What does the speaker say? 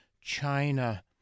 China